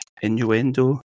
innuendo